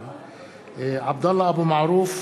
עבדאללה אבו מערוף,